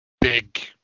big